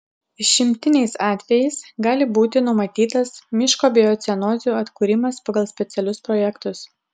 išimtiniais atvejais gali būti numatytas miško biocenozių atkūrimas pagal specialius projektus